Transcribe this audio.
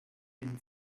been